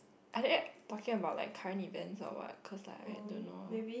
are they talking about like current event or what cause I don't know